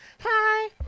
Hi